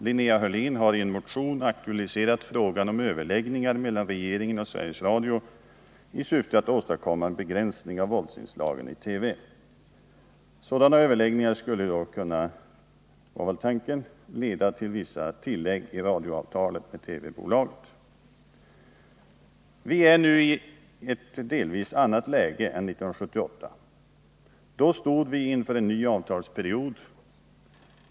Linnea Hörlén har i en motion aktualiserat frågan om överläggningar mellan regeringen och Sveriges Radio i syfte att åstadkomma en begränsning av våldsinslagen i TV. Sådana överläggningar skulle då — var tanken — kunna leda till vissa tillägg till avtalet med TV-bolaget. Vi är nu i ett delvis annat läge än 1978. Då stod vi inför en ny avtalsperiod.